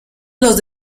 los